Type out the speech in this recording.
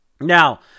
Now